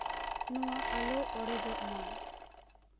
ᱱᱚᱣᱟ ᱟᱞᱚ ᱚᱲᱮᱡᱚᱜᱼᱢᱟ